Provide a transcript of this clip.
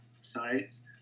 sites